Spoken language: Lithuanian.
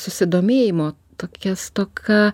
susidomėjimo tokia stoka